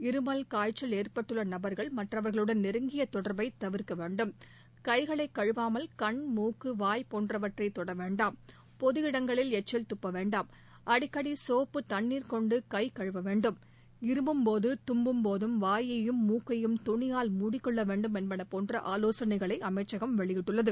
இருமல் காய்ச்சல் ஏற்பட்டுள்ள நபர்கள் மற்றவர்களுடன் நெருங்கிய தொடர்பை தவிர்க்க வேண்டும் கைகளை கழுவாமல் கண் மூக்கு வாய் போன்றவற்றை தொட வேண்டாம் பொது இடங்களில் எச்சில் துப்ப வேண்டாம் அடிக்கடி சோப்பு தண்ணீர் கொண்டு கை கழுவவேண்டும் இருமும்போதும் தும்மும்போதும் வாயையும் மூக்கையும் துணியால் மூடிக்கொள்ள வேண்டும் என்பன போன்ற ஆலோசனைகளை அமைச்சகம் வெளியிட்டுள்ளது